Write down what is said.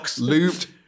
Lubed